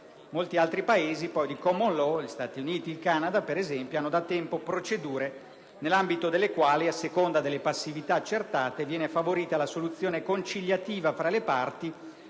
Molti altri Paesi, poi, di *common law* (gli Stati Uniti e il Canada, ad esempio) hanno da tempo procedure nell'ambito delle quali, a seconda delle passività accertate, viene favorita la funzione conciliativa tra le parti